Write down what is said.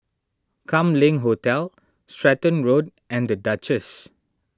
Kam Leng Hotel Stratton Road and the Duchess